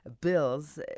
bills